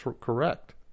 correct